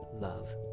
love